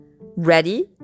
Ready